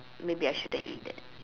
maybe I shouldn't eat that